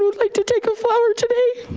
like to take a flower today.